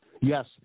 Yes